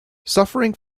suffering